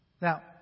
Now